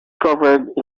covered